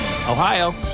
Ohio